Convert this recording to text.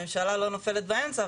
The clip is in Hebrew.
הממשלה לא נופלת באמצע,